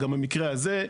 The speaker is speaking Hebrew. גם במקרה הזה,